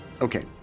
Okay